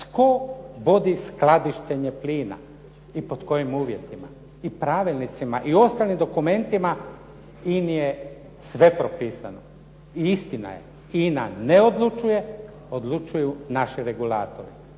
tko vodi skladištenje plina i pod kojim uvjetima, i pravilnicima i ostalim dokumentima INA-i je sve propisano. I istina je INA ne odlučuje, odlučuju naši regulatori.